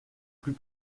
plus